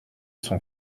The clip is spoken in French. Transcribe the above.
son